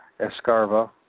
Escarva